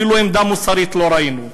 אפילו עמדה מוסרית לא ראינו.